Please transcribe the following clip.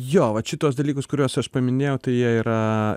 jo vat šituos dalykus kuriuos aš paminėjau tai jie yra